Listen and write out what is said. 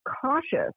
cautious